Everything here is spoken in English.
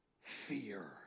fear